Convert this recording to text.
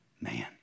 man